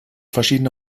verschiedene